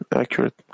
accurate